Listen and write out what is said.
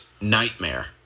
nightmare